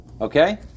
Okay